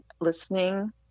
listening